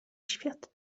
świat